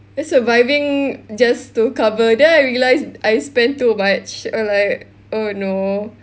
it's surviving just to cover then I realised I spent too much I'm like oh no